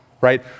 Right